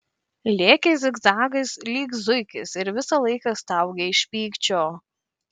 lėkė zigzagais lyg zuikis ir visą laiką staugė iš pykčio